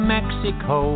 Mexico